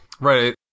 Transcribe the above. right